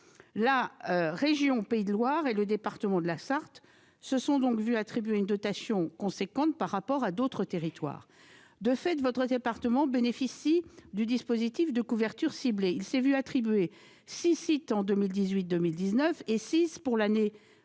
La région Pays de la Loire et le département de la Sarthe se sont donc vu attribuer une dotation importante par rapport à d'autres territoires. De fait, votre département bénéficie du dispositif de couverture ciblée. Il s'est vu attribuer six sites en 2018-2019 et six sites pour l'année 2020,